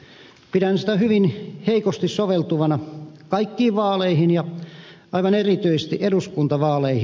pidän sitä hyvin heikosti soveltuvana kaikkiin vaaleihin ja aivan erityisesti eduskuntavaaleihin